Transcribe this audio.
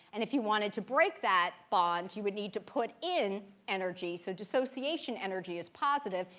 and if you wanted to break that bond, you would need to put in energy, so dissociation energy is positive.